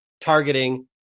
targeting